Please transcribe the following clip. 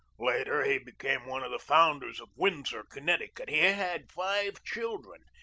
later he became one of the founders of windsor, connecticut. he had five children.